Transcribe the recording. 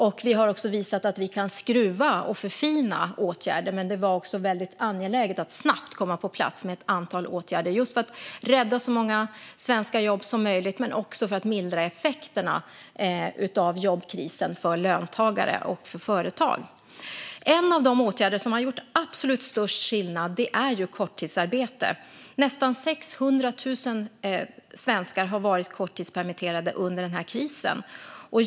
Vi har också visat att vi kan skruva på och förfina åtgärder, men det var väldigt angeläget att snabbt få ett antal åtgärder på plats för att rädda så många svenska jobb som möjligt och för att mildra effekterna av jobbkrisen för löntagare och företag. En av de åtgärder som har gjort absolut störst skillnad är korttidsarbete. Nästan 600 000 svenskar har varit korttidspermitterade under den här krisen.